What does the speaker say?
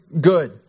good